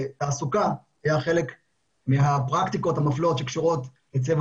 תעסוקה היא חלק מהפרקטיקות המפלות שקשורות לצבע